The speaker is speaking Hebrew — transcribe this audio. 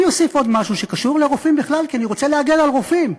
אני אוסיף עוד משהו שקשור לרופאים בכלל כי אני רוצה להגן על רופאים: